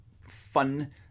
Fun